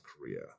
Korea